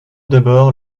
d’abord